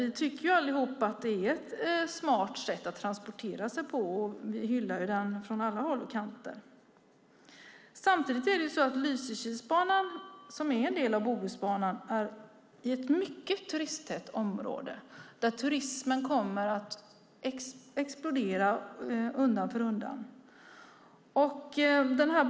Vi tycker allihop att det är ett smart sätt att transportera sig på. Vi hyllar den från alla håll och kanter. Lysekilsbanan, som ju är en del av Bohusbanan, ligger i ett mycket turisttätt område där turismen kommer att öka explosionsartat framöver.